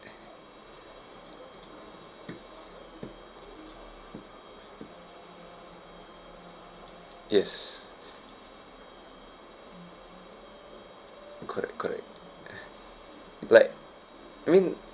yes correct correct like I mean